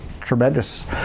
tremendous